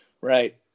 Right